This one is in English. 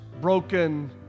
broken